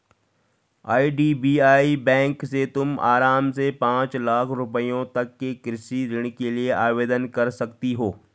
IDBI bank से तुम आराम से पाँच लाख रुपयों तक के कृषि ऋण के लिए आवेदन कर सकती हो